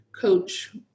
Coach